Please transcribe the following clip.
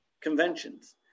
conventions